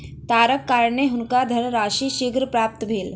तारक कारणेँ हुनका धनराशि शीघ्र प्राप्त भेल